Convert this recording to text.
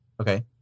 Okay